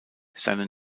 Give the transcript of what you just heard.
seine